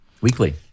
Weekly